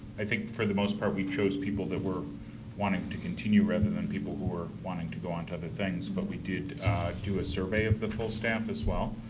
i think for the most part we chose people who were wanting to continue rather than people who were wanting to go onto other things. but we did do a survey of the full staff as well.